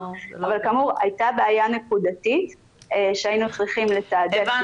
אבל כאמור הייתה בעיה נקודתית שהיינו צריכים לתעדף